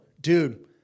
Dude